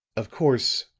of course,